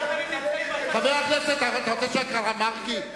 אתה רוצה שאקרא לך מרגי,